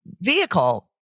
vehicle